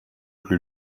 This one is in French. plus